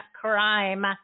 crime